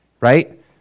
right